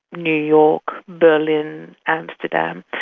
new york, berlin, amsterdam,